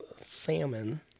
salmon